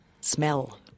smell